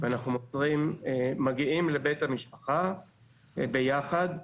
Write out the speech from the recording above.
אנחנו מגיעים לבית המשפחה ביחד,